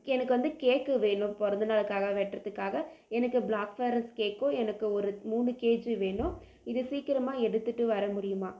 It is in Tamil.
எனக்கு வந்து கேக்கு வேணும் பிறந்த நாளுக்காக வெட்டுறத்துக்காக எனக்கு பிளாக் ஃபாரஸ்ட் கேக்கும் எனக்கு ஒரு மூணு கேஜி வேணும் இது சீக்கிரமாக எடுத்துகிட்டு வர முடியுமா